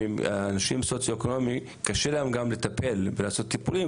אנשים סוציו-אקונומי, קשה להם גם לעשות טיפולים.